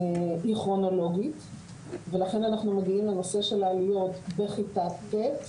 היא כרונולוגית ולכן אנחנו מגיעים לנושא של העליות בכיתה ט'